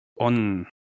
on